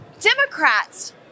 Democrats